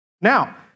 Now